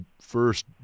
first